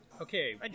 Okay